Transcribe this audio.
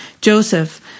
Joseph